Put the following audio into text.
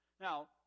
Now